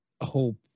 hope